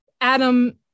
Adam